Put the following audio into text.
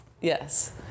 yes